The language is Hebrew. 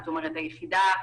היחידה,